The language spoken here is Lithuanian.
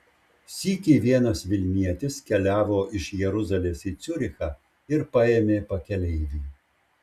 sykį vienas vilnietis keliavo iš jeruzalės į ciurichą ir paėmė pakeleivį